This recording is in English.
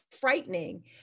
frightening